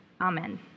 amen